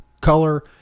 color